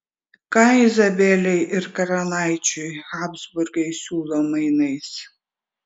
ką izabelei ir karalaičiui habsburgai siūlo mainais